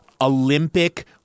Olympic